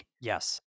Yes